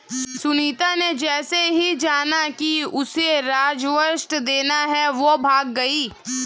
सुनीता ने जैसे ही जाना कि उसे राजस्व देना है वो भाग गई